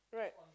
right